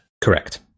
Correct